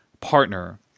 partner